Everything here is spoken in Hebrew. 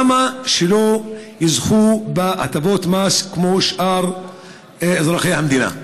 למה שלא יזכו בהטבות מס כמו שאר אזרחי המדינה?